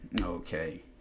Okay